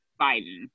Biden